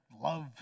love